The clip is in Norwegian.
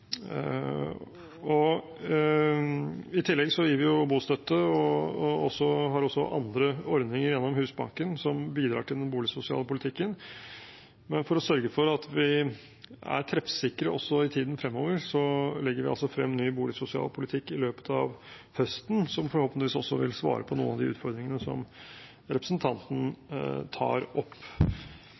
I tillegg gir vi jo bostøtte og har også andre ordninger gjennom Husbanken som bidrar til den boligsosiale politikken. For å sørge for at vi er treffsikre også i tiden fremover, legger vi frem en ny boligsosial politikk i løpet av høsten, som forhåpentligvis også vil svare på noen av de utfordringene som representanten tar opp.